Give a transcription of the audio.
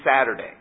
Saturday